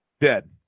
Dead